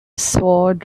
sword